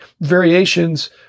variations